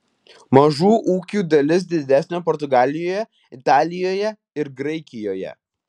mažų ūkių dalis didesnė portugalijoje italijoje ir graikijoje